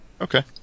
Okay